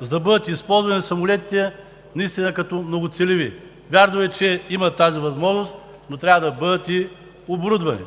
за да бъдат използвани самолетите наистина като многоцелеви? Вярно е, че имат тази възможност, но трябва да бъдат и оборудвани.